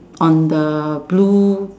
on the blue